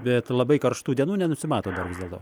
bet labai karštų dienų nenusimato dar vis dėlto